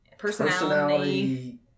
Personality